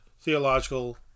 theological